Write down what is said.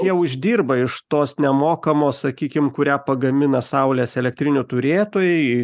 jie uždirba iš tos nemokamos sakykim kurią pagamina saulės elektrinių turėtojai